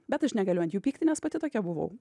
bet aš negaliu ant jų pykti nes pati tokia buvau